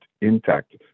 intact